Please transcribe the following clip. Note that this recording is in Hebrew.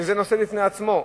שזה נושא בפני עצמו,